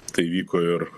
tai vyko ir